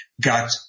got